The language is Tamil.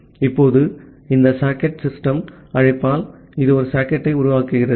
இப்போது இந்த சாக்கெட் சிஸ்டம் அழைப்பால் இது ஒரு சாக்கெட்டை உருவாக்குகிறது